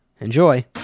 Enjoy